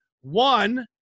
One